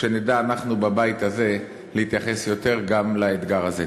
נדע אנחנו בבית הזה להתייחס יותר גם לאתגר הזה.